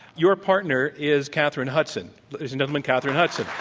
your partner is katherine hudson. ladies and gentlemen, katherine hudson.